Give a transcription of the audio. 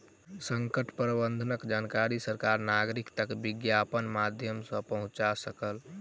संकट प्रबंधनक जानकारी सरकार नागरिक तक विज्ञापनक माध्यम सॅ पहुंचा सकल